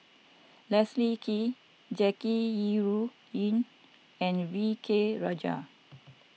Leslie Kee Jackie Yi Ru Ying and V K Rajah